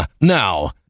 now